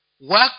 work